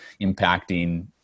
impacting